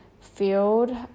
field